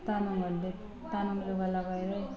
तामाङहरूले तामाङ लुगा लगाएरै